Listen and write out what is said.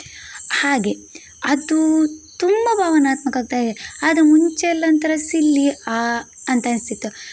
ಹಾಗೆ ಅದು ತುಂಬ ಭಾವನಾತ್ಮಕ ಅದು ಮುಂಚೆಯೆಲ್ಲಂತರೆ ಸಿಲ್ಲಿ ಅಂತ ಅನಿಸಿತ್ತು